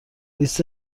لیست